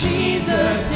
Jesus